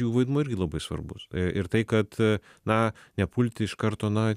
jų vaidmuo irgi labai svarbus ir tai kad na nepulti iš karto na